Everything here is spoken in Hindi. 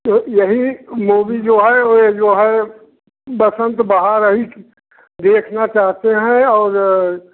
तो यही मूवी जो है वे जो है बसंत बहार ही देखना चाहते हैं और